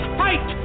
fight